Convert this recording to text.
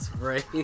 right